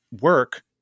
work